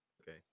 Okay